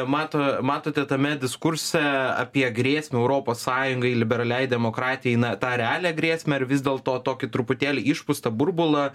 mato matote tame diskurse apie grėsmę europos sąjungai liberaliai demokratijai na tą realią grėsmę ar vis dėlto tokį truputėlį išpūstą burbulą